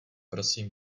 prosím